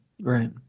right